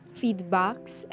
feedbacks